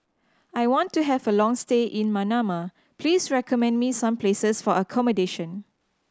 I want to have a long stay in Manama please recommend me some places for accommodation